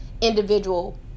individual